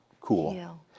cool